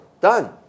done